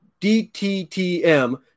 DTTM